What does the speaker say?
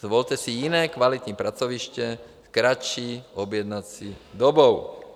Zvolte si jiné kvalitní pracoviště s kratší objednací dobou.